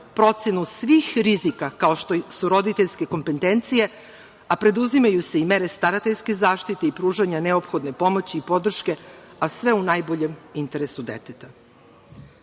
procenu svih rizika kao što su roditeljske kompetencije, a preduzimaju se i mere starateljske zaštite i pružanja neophodne pomoći i podrške, a sve u najboljem interesu deteta.